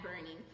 burning